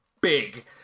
big